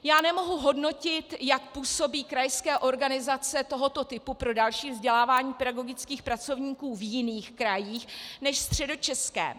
Já nemohu hodnotit, jak působí krajská organizace tohoto typu pro další vzdělávání pedagogických pracovníků v jiných krajích než ve Středočeském.